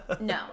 No